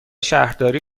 شهرداری